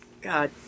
God